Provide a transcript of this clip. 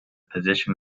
position